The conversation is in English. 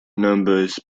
numbers